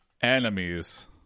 Enemies